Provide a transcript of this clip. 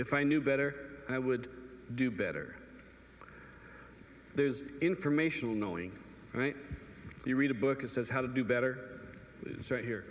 if i knew better i would do better there's informational knowing if you read a book it says how to do better is right here